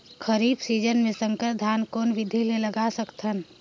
खरीफ season मे संकर धान कोन विधि ले लगा सकथन?